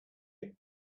idea